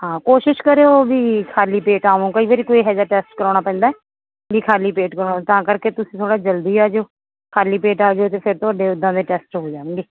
ਹਾਂ ਕੋਸ਼ਿਸ਼ ਕਰਿਓ ਵੀ ਖਾਲੀ ਪੇਟ ਆਵੋ ਕਈ ਵਾਰੀ ਕੋਈ ਇਹੋ ਜਿਹਾ ਟੈਸਟ ਕਰਵਾਉਣਾ ਪੈਂਦਾ ਵੀ ਖਾਲੀ ਪੇਟ ਕਰਵਾਉਣਾ ਤਾਂ ਕਰਕੇ ਤੁਸੀਂ ਥੋੜ੍ਹਾ ਜਲਦੀ ਆ ਜਿਓ ਖਾਲੀ ਪੇਟ ਆ ਜਿਓ ਅਤੇ ਫਿਰ ਤੁਹਾਡੇ ਉੱਦਾਂ ਦੇ ਟੈਸਟ ਹੋ ਜਾਣਗੇ